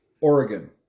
Oregon